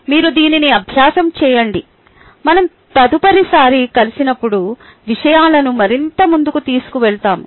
మీరు దీనిని ఆద్యాయనం చేయండి మనం తదుపరిసారి కలిసినప్పుడు విషయాలను మరింత ముందుకు తీసుకువెళతాము